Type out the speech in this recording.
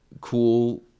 cool